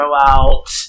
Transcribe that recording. out